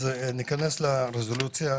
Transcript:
בהמשך ניכנס לרזולוציה.